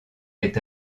est